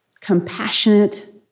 Compassionate